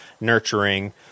nurturing